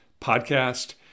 podcast